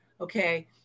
Okay